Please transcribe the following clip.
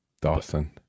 Dawson